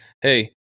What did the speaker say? hey